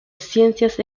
ciencias